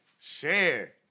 Share